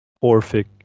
orphic